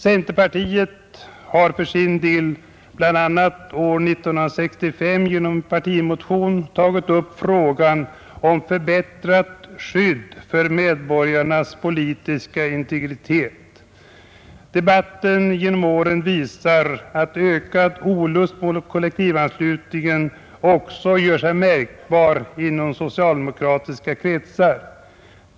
Centerpartiet har för sin del, bl.a. år 1965 genom partimotion, tagit upp frågan om förbättrat skydd för medborgarnas politiska integritet. Debatten genom åren visar att ökad olust mot kollektivanslutningen också gör sig märkbar inom socialdemokratiska kretsar.